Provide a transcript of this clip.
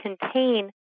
contain